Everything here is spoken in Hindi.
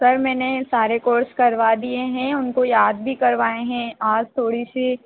सर मैंने सारे कोर्स करवा दिए हैं उनको याद भी करवाएँ हैं आज थोड़ी सी